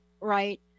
right